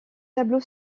tableau